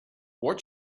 what